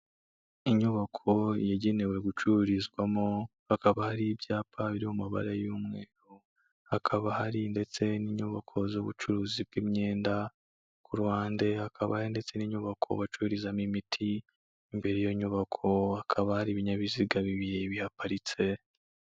Inyubako yagenewe gucururizwamo, hakaba hari ibyapa biri mu mabara y'umweru, hakaba hari ndetse n'inyubako z'ubucuruzi bw'imyenda, ku ruhande hakaba ndetse n'inyubako bacururizamo imiti, imbere y'iyo nyubako hakaba hari ibinyabiziga bibiri bihaparitse.